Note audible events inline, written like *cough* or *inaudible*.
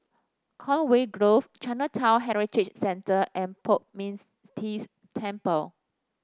Conway Grove Chinatown Heritage Centre and Poh Ming *unintelligible* Tse Temple